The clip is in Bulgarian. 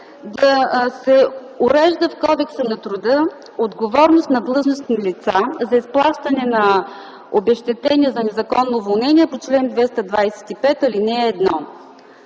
да се урежда в Кодекса на труда отговорност на длъжностни лица за изплащане на обезщетения за незаконно уволнение по чл. 225, ал. 1.